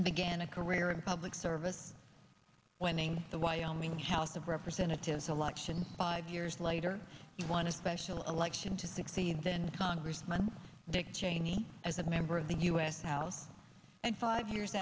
and began a career in public service when the wyoming house of representatives a large than five years later you want to special election to succeed then congressman dick cheney as a member of the u s house and five years